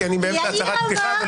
כי אני באמצע הצהרת פתיחה,